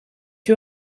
you